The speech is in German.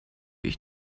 ich